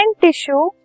tissue